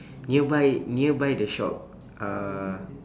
nearby nearby the shop uh